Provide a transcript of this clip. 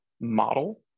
model